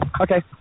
Okay